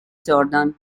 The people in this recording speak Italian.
jordan